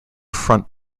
front